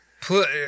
Put